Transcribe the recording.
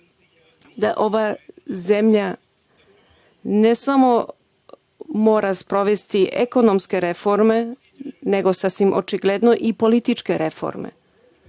da ova zemlja ne samo da mora sprovesti ekonomske reforme, nego sasvim očigledno i političke reforme. Ako